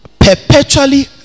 perpetually